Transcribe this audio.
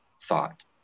thought